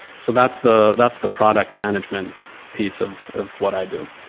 so that's the that's the product management piece of of what i do.